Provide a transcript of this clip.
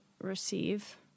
receive